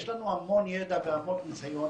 יש לנו המון ידע והמון ניסיון